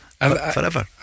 forever